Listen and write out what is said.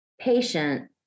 patient